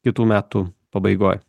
kitų metų pabaigoj